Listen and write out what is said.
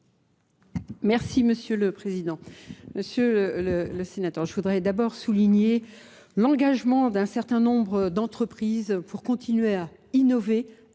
Merci Monsieur le Président. Monsieur le Sénateur, je voudrais d'abord souligner l'engagement d'un certain nombre d'entreprises pour continuer à innover,